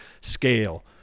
Scale